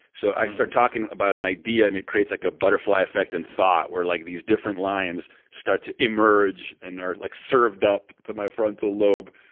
so i start talking about an idea, and it creates like a butterfly effect of and thought, where like these different lines start to emerge, and are like served up to my frontal lobe,